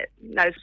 No